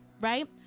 right